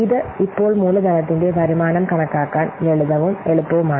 ഇത് ഇപ്പോൾ മൂലധനത്തിന്റെ വരുമാനം കണക്കാക്കാൻ ലളിതവും എളുപ്പവുമാണ്